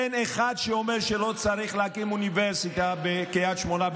אין אחד שאומר שלא צריך להקים אוניברסיטה בקריית שמונה,